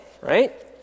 right